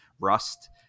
rust